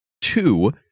two